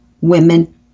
women